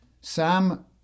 Sam